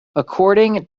according